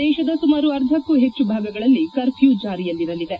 ದೇಶದ ಸುಮಾರು ಅರ್ಧಕ್ಕೂ ಹೆಚ್ಚು ಭಾಗಗಳಲ್ಲಿ ಕರ್ಫ್ಕೂ ಜಾರಿಯಲ್ಲಿರಲಿದೆ